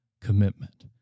commitment